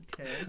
Okay